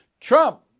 Trump